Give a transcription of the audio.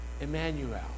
Emmanuel